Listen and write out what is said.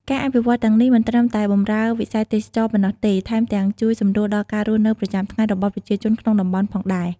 ការអភិវឌ្ឍទាំងនេះ មិនត្រឹមតែបម្រើវិស័យទេសចរណ៍ប៉ុណ្ណោះទេ ថែមទាំងជួយសម្រួលដល់ការរស់នៅប្រចាំថ្ងៃរបស់ប្រជាជនក្នុងតំបន់ផងដែរ។